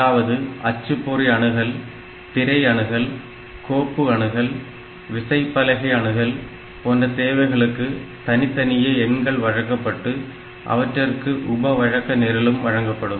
அதாவது அச்சுப்பொறி அணுகல் திரை அணுகல் கோப்பு அணுகல் விசைப்பலகை அணுகல் போன்ற தேவைகளுக்கு தனித்தனியே எண்கள் வழங்கப்பட்டு அவற்றிற்கு உப வழக்கு நிரலும் வழங்கப்படும்